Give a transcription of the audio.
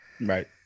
Right